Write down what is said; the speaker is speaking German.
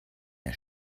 der